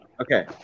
Okay